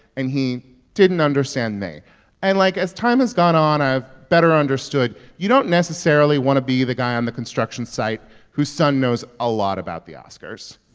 and he didn't understand and, like, as time has gone on, i have better understood you don't necessarily want to be the guy on the construction site whose son knows a lot about the oscars,